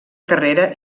carrera